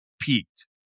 peaked